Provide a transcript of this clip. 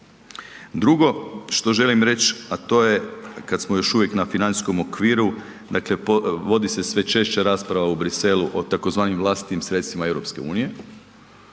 Drugo, što želim reći, a to je kad smo još uvijek na financijskom okviru, dakle vodi se sve češće raspravu u Bruxellesu o tzv. vlastitim sredstvima EU. Pitanje